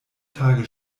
tage